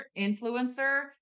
influencer